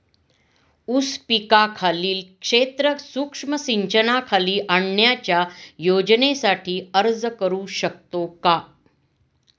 ऊस पिकाखालील क्षेत्र सूक्ष्म सिंचनाखाली आणण्याच्या योजनेसाठी अर्ज करू शकतो का?